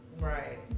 Right